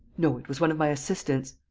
no, it was one of my assistants.